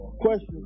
Question